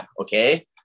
Okay